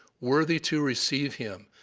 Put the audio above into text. worthy to receive him,